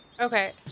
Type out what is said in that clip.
Okay